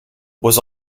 was